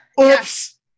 oops